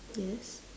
yes